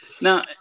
now